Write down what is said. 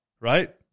right